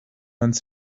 uns